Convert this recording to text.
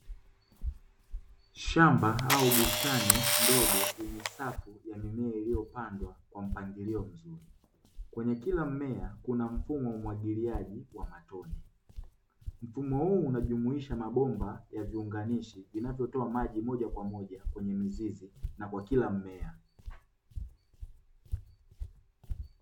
Shamba au bustani ndogo yenye safu ya mimea iliyopandwa kwa mpangilio mzuri kwenye, kila mmea kuna mfumo umwagiliaji wa matone, huu unajumuisha mabomba ya viunganishi vinavyotoa maji moja kwa moja kwenye mizizi na kwa kila mmea.